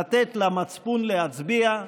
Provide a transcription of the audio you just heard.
לתת למצפון להצביע,